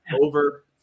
over